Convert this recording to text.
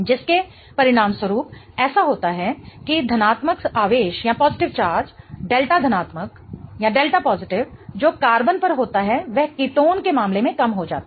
जिसके परिणामस्वरूप ऐसा होता है कि धनात्मक आवेश डेल्टा धनात्मक delta positive जो कार्बन पर होता है वह कीटोन के मामले में कम हो जाता है